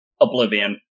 oblivion